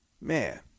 Man